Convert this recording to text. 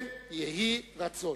כן יהי רצון.